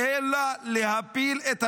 אלא להפיל את הממשלה,